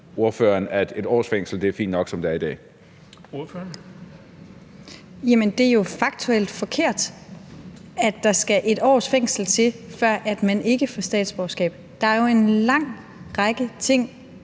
Lotte Rod (RV): Jamen det er jo faktuelt forkert, at der skal 1 års fængsel til, før man ikke får statsborgerskab. Der er jo en lang række ting,